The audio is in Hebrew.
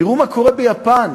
תראו מה קורה ביפן,